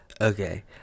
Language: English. Okay